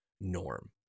norm